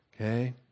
Okay